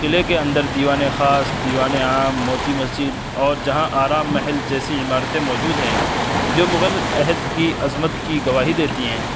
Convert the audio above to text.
قلعے کے اندر دیوان خاص دیوان عام موتی مسجد اور جہاں آراء محل جیسی عمارتیں موجود ہیں جو مغل عہد کی عظمت کی گواہی دیتی ہیں